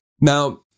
Now